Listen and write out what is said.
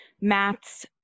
Matt's